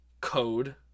code